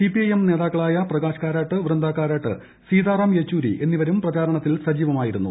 CPM നേതാക്കളായ പ്രകാശ്കാരാട്ട് വൃന്ദാകാരാട്ട് സീതാറാം യെച്ചൂരി എന്നിവരും പ്രചാരണത്തിൽ സജീവമായിരുന്നു